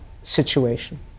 situation